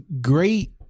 great